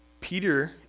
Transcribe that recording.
Peter